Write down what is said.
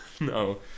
No